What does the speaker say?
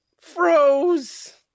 froze